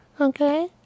okay